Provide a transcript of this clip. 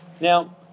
Now